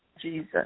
Jesus